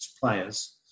players